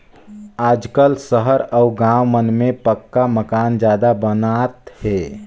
आजकाल सहर अउ गाँव मन में पक्का मकान जादा बनात हे